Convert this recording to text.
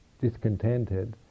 discontented